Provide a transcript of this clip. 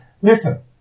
listen